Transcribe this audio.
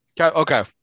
Okay